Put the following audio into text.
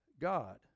God